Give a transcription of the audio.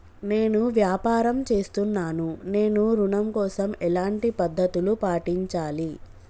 నేను వ్యాపారం చేస్తున్నాను నేను ఋణం కోసం ఎలాంటి పద్దతులు పాటించాలి?